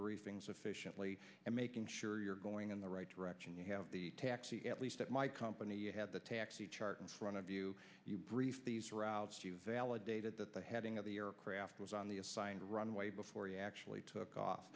briefings efficiently and making sure you're going in the right direction you have the taxi at least at my company you have the taxi chart in front of you brief these routes you validated that the heading of the aircraft was on the assigned runway before you actually took off